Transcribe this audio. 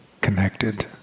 connected